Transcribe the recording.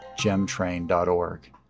GemTrain.org